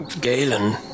Galen